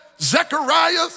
Zechariah